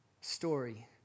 story